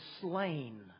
slain